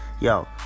Yo